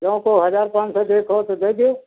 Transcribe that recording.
जो हो तो हज़ार पाँच सौ दे के हो तो दे दियो